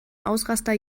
ausraster